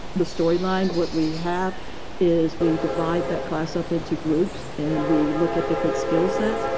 the storyline. what we have is we divide that class up into groups and we look at different skill sets.